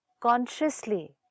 consciously